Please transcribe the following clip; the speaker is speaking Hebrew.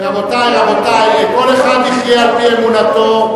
רבותי, כל אחד יחיה על-פי אמונתו.